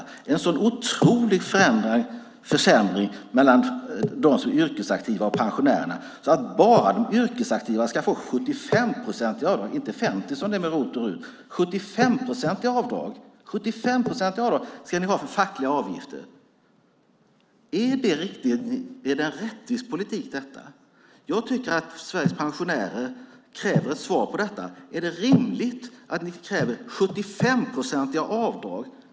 Det är en sådan otrolig försämring för pensionärerna jämfört med dem som är yrkesaktiva att bara de yrkesaktiva ska få 75-procentiga avdrag - inte 50 procent som det är med ROT och RUT - för fackliga avgifter. Är detta en rättvis politik? Sveriges pensionärer kräver ett svar på det. Är det rimligt att ni kräver 75-procentiga avdrag?